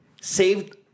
saved